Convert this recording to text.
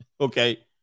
okay